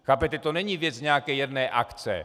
Chápete, to není věc nějaké jedné akce.